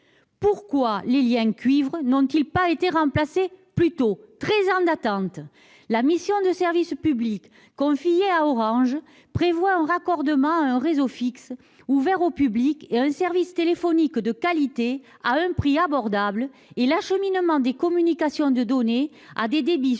Pourquoi les liens cuivre n'ont-ils pas été remplacés plus tôt ? Treize ans d'attente ! La mission de service public confiée à Orange prévoit un raccordement à un réseau fixe ouvert au public et un service téléphonique de qualité à un prix abordable et l'acheminement des communications de données à des débits suffisants